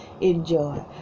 enjoy